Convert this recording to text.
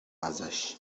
ازش